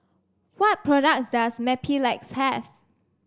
what products does Mepilex have